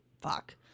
fuck